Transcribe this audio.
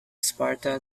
sparta